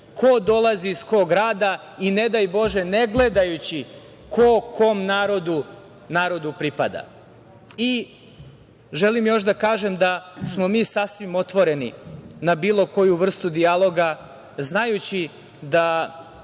ko dolazi iz kog grada i, ne daj bože, ne gledajući ko kom narodu pripada. Želim još da kažem da smo mi sasvim otvoreni za bilo koju vrstu dijaloga, znajući da